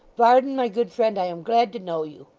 varden, my good friend, i am glad to know you.